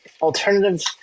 alternative